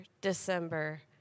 December